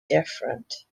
different